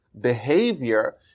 behavior